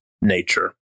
nature